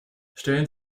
stellen